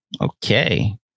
Okay